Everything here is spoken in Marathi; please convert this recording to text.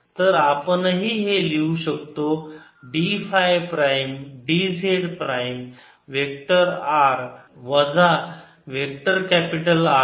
तर आपणही लिहू शकतो d phi prime dz prime vector r वजा वेक्टर कॅपिटल R